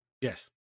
Yes